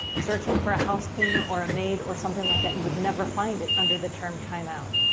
searching for a house cleaner or a maid or something like that, you would never find it under the term timeout.